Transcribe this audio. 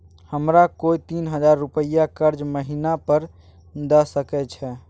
हमरा कोय तीन हजार रुपिया कर्जा महिना पर द सके छै?